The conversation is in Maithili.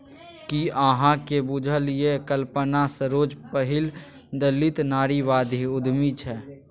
कि अहाँक बुझल यै कल्पना सरोज पहिल दलित नारीवादी उद्यमी छै?